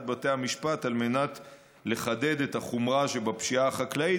בתי המשפט על מנת לחדד את החומרה שבפשיעה החקלאית,